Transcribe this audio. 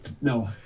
No